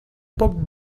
poc